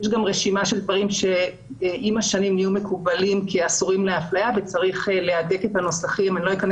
יש גם רשימה של דברים שעם השנים יהפכו למקובלים וצריך להדק אותם.